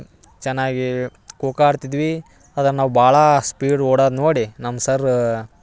ಚೆನ್ನಾಗಿ ಖೋಖೋ ಆಡ್ತಿದ್ವಿ ಅದ್ರಾಗ ನಾವು ಭಾಳ ಸ್ಪೀಡ್ ಓಡಾದು ನೋಡಿ ನಮ್ಮ ಸರ್